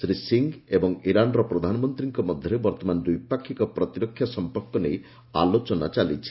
ଶ୍ରୀ ସିଂହ ଏବଂ ଇରାନ୍ର ପ୍ରଧାନମନ୍ତ୍ରୀଙ୍କ ମଧ୍ୟରେ ବର୍ତ୍ତମାନ ଦ୍ୱିପାକ୍ଷିକ ପ୍ରତିରକ୍ଷା ସମ୍ପର୍କ ନେଇ ଆଲୋଚନା ଚାଲୁଛି